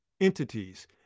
entities